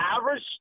average